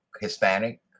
hispanic